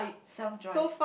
self drive